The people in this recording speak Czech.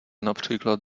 například